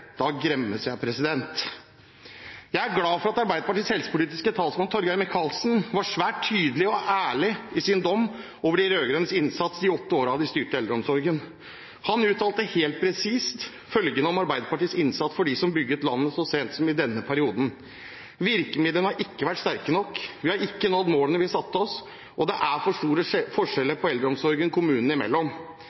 da gremmes jeg. Jeg er glad for at Arbeiderpartiets helsepolitiske talsmann, Torgeir Micaelsen, var svært tydelig og ærlig i sin dom over de rød-grønnes innsats de åtte årene de styrte eldreomsorgen. Han uttalte helt presist følgende om Arbeiderpartiets innsats for dem som bygget landet, så sent som i denne perioden: «Virkemidlene har ikke vært sterke nok. Vi har ikke nådd målene vi satte oss. Og det er for stor forskjell på eldreomsorgen kommuner imellom.»